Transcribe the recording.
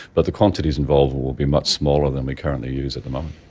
but the quantities involved will will be much smaller than we currently use at the moment.